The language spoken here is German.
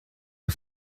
der